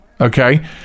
okay